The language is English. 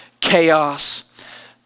chaos